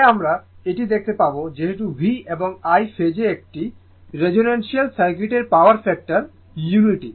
পরে আমরা এটি দেখতে পাব যেহেতু V এবং I ফেজে একটি রেজোন্যান্সশীল সার্কিটের পাওয়ার ফ্যাক্টর উনিটি